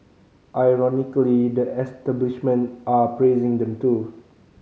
ironically the establishment are praising them too